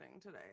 today